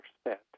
spent